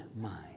mind